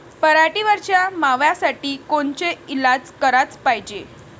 पराटीवरच्या माव्यासाठी कोनचे इलाज कराच पायजे?